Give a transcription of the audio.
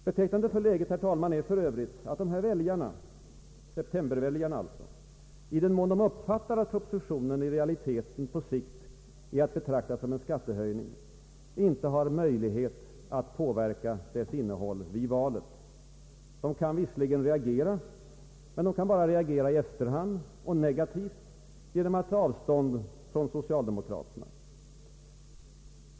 Betecknande för läget, herr talman, är att dessa väljare — alltså septemberväljarna — i den mån de uppfattar att Propositionen i realiteten på längre sikt är att betrakta som ett skattehöjningsförslag, inte har möjlighet att påverka dess innehåll vid valet. De kan visserligen reagera, men de kan bara reagera i efterhand och negativt genom att ta avstånd från socialdemokraterna i valet.